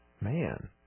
Man